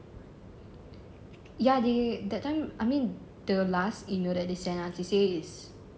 ya they that time I mean the last email that they send ah they say it's